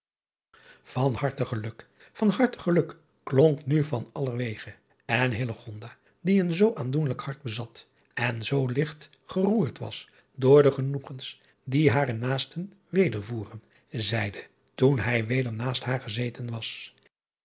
an harte geluk van harte geluk klonk nu van allerwege en die een zoo aandoenlijk hart bezat en zoo ligt geroerd was door de genoegens die haren naasten wedervoeren zeide toen hij weder naast haar gezeten was